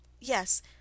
Yes